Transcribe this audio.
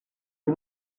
lui